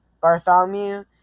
Bartholomew